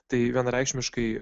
tai vienareikšmiškai